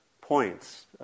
points